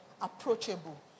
Approachable